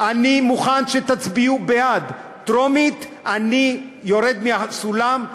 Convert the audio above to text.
אני מוכן שתצביעו בעד בטרומית ואני יורד מהסולם,